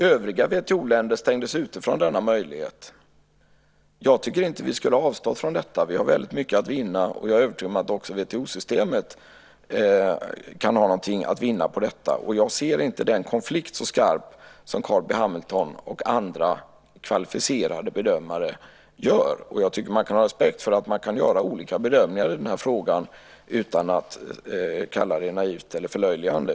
Övriga WTO-länder stängdes ute från denna möjlighet. Jag tycker inte att vi skulle ha avstått från detta. Vi har väldigt mycket att vinna, och jag är övertygad om att också WTO-systemet kan ha någonting att vinna på detta. Jag ser inte denna konflikt så skarpt som Carl B Hamilton och andra kvalificerade bedömare gör. Jag tycker att man kan ha respekt för att man kan göra olika bedömningar i den här frågan utan att kalla det naivt eller förlöjligande.